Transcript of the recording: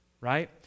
right